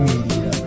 Media